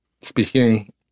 speaking